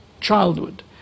childhood